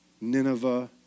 Nineveh